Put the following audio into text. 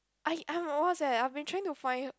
I I'm awareness eh I'm been trying to find